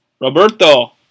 Roberto